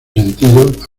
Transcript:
sentidos